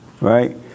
Right